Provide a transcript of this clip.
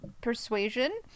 persuasion